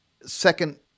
second